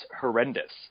horrendous